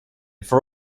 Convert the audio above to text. for